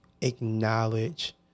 acknowledge